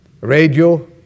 radio